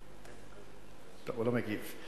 טוב, הוא לא מגיב.